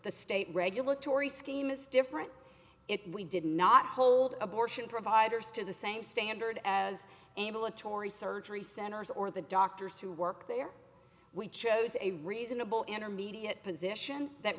the state regulatory scheme is different it we did not hold abortion providers to the same standard as able atory surgery centers or the doctors who work there we chose a reasonable intermediate position that